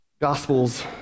gospels